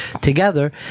together